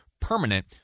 permanent